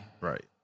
Right